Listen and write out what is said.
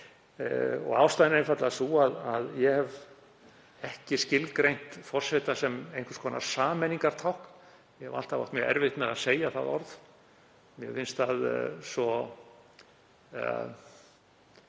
Ástæðan er einfaldlega sú að ég hef ekki skilgreint forseta sem einhvers konar sameiningartákn, ég hef alltaf átt mjög erfitt með að segja það orð. Mér finnst það svo